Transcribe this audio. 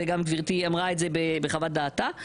וגם גברתי אמרה את זה בחוות דעתה,